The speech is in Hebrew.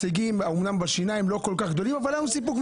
להישגים לא כל כך גדולים אבל מידי פעם היה לנו סיפוק.